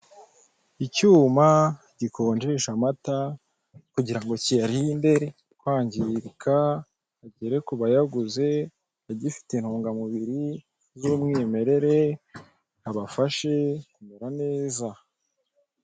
Icyuma gikonjesha amata kugira ngo kiyarinde kwangirika, agere ku bayaguze agafte intungamubiri z'umwimerere abafashe kumera neza.